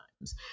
times